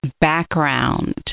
background